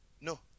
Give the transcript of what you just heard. No